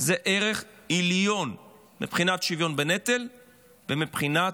זה ערך עליון מבחינת שוויון בנטל ומבחינת